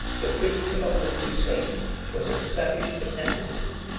the principle of the crusades was a savage fanaticism